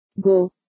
Go